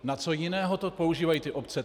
Na co jiného to používají ty obce?